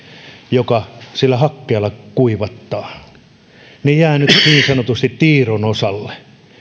joka sillä hakkeella kuivattaa jää nyt niin sanotusti tiiron osalle